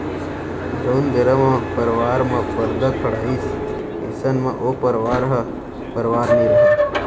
जउन बेरा म परवार म परदा खड़ाइस अइसन म ओ परवार ह परवार नइ रहय